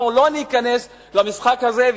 אנחנו לא ניכנס למשחק הזה,